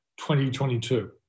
2022